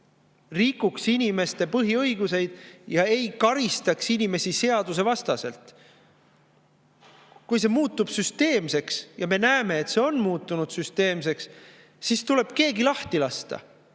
rikuks inimeste põhiõigusi ega karistaks inimesi seadusvastaselt. Kui see muutub süsteemseks – ja me näeme, et see on muutunud süsteemseks –, siis tuleb keegi lahti lasta,